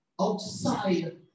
outside